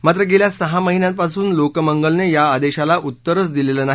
मात्र मागील सहा महिन्यांपासून लोकमंगलने या आदेशाला उत्तरच दिले नाही